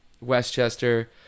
Westchester